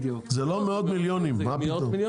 זה לא מאות מיליונים, מה פתאום.